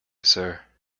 sir